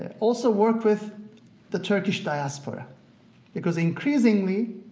ah also work with the turkish diaspora because increasingly,